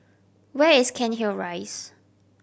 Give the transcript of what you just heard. where is Cairnhill Rise